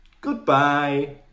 Goodbye